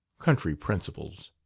country principles.